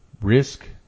Risk